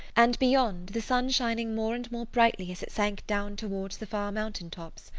and beyond, the sun shining more and more brightly as it sank down towards the far mountain tops.